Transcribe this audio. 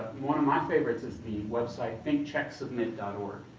one of my favorites is the web site thinkchecksubmit org.